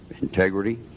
integrity